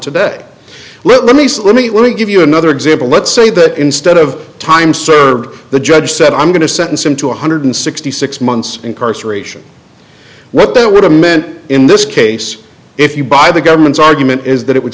today let me slim eat let me give you another example let's say that instead of time served the judge said i'm going to sentence him to one hundred sixty six months incarceration what that would have meant in this case if you buy the government's argument is that it would